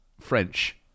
French